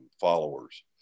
followers